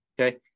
Okay